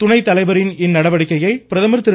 துணைத்தலைவரின் இந்த நடவடிக்கையை பிரதமர் திரு